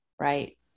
right